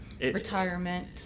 Retirement